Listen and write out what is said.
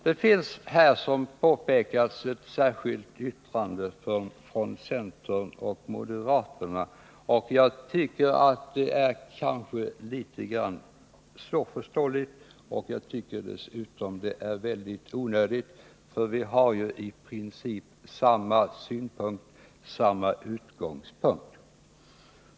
Det finns här, som påpekats, ett särskilt yttrande från centern och moderaterna som jag tycker är litet grand svårförståeligt och dessutom väldigt onödigt, för vi har ju i princip samma utgångspunkt.